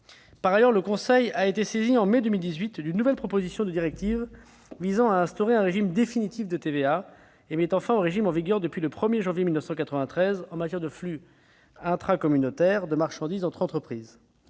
Par ailleurs, le Conseil a été saisi en mai 2018 d'une nouvelle proposition de directive visant à instituer un régime définitif de TVA et mettant fin au régime en vigueur depuis le 1janvier 1993 en matière de flux intracommunautaires de marchandises entre entreprises.